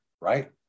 right